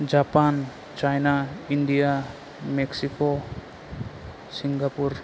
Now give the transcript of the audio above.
Japan China India Mexico Singapore